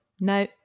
No